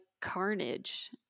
carnage